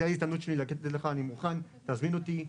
זו ההזדמנות שלי לתת לך, אני מוכן שתזמין אותי,